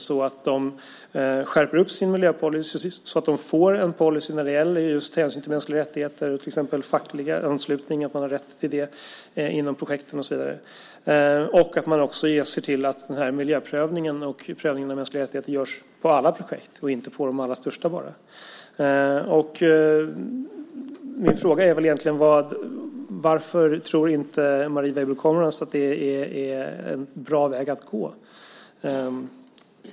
De bör skärpa sin miljöpolicy och ha en policy när det gäller hänsyn till mänskliga rättigheter, till exempel rätt till facklig anslutning inom projekten och så vidare. Man bör också se till att miljöprövningen och prövningen av mänskliga rättigheter görs på alla projekt och inte bara på de allra största. Varför tror inte Marie Weibull Kornias att det är en bra väg att gå?